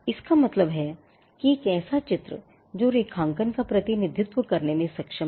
इसका मतलब है एक ऐसा चित्र जो रेखांकन का प्रतिनिधित्व करने में सक्षम है